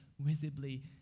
visibly